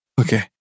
okay